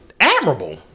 Admirable